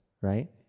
right